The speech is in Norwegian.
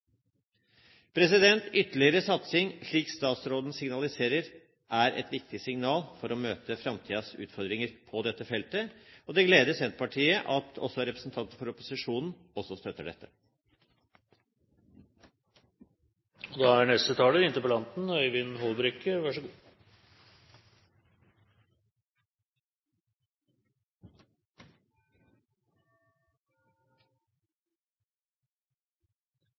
sette ytterligere fart i dette. Ytterligere satsing, som statsråden signaliserer, er et viktig signal for å møte framtidens utfordringer på dette feltet. Det gleder Senterpartiet at også representanter for opposisjonen støtter